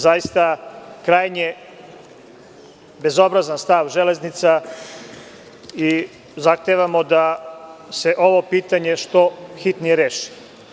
Zaista, krajnje bezobrazan stav „Železnica“ i zahtevamo da se ovo pitanje što hitnije reši.